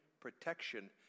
protection